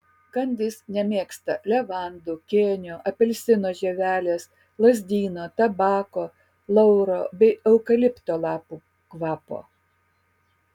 kandys nemėgsta levandų kėnio apelsino žievelės lazdyno tabako lauro bei eukalipto lapų kvapo